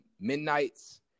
Midnight's